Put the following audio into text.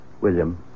William